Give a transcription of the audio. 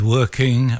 Working